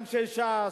אנשי ש"ס,